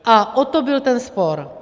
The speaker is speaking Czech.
A o to byl ten spor.